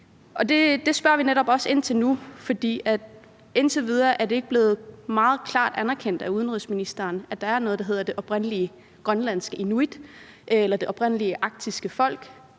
Det spørger vi også netop ind til nu, for indtil videre er det ikke blevet meget klart anerkendt af udenrigsministeren, at der er noget, der hedder de oprindelige grønlandske inuit eller det oprindelige arktiske folk,